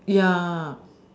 ya